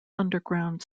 underground